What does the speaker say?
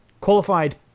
Qualified